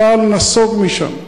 צה"ל נסוג משם.